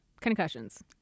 Concussions